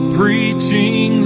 preaching